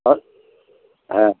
और हाँ